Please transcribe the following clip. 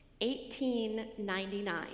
1899